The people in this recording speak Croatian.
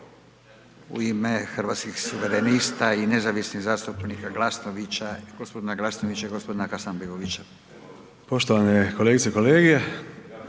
u ime Hrvatskih suverenista i nezavisnih zastupnika Glanovića, g. Glasnovića i g. Hasanbegovića. **Zekanović, Hrvoje